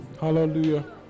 Hallelujah